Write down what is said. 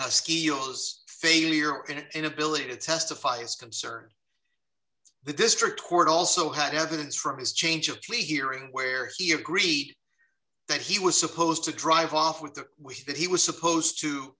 osky owes failure an inability to testify as to insert the district court also had evidence from his change of plea hearing where he agreed that he was supposed to drive off with the wish that he was supposed to